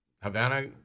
Havana